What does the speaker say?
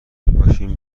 پاشیم